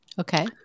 Okay